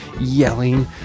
yelling